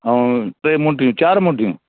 ऐं टे मुंडियूं चार मुंडियूं